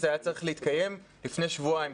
זה היה צריך להתקיים לפני שבועיים,